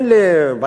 אין לי בעיה,